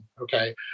Okay